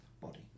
body